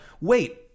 wait